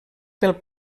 pel